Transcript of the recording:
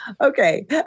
okay